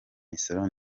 misoro